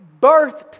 birthed